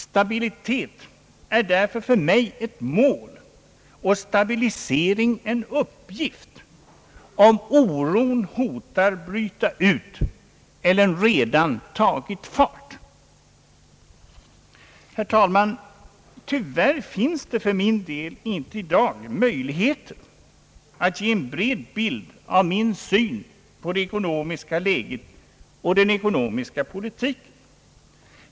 Stabilitet är därför för mig ett mål, och stabilisering en uppgift, om oron hotar bryta ut eller redan tagit fart. Tyvärr finns det för mig inte i dag möjlighet att ge en bred bild av min syn på det ekonomiska läget och den ekonomiska politiken.